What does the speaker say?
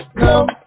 come